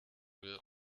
wir